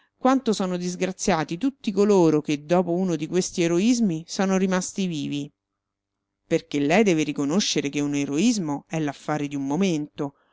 quanto sono disgraziati tutti coloro che dopo uno di questi eroismi sono rimasti vivi perché lei deve riconoscere che un eroismo è l'affare di un momento